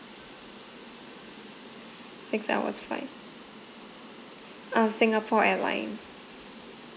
six hours flight uh singapore airline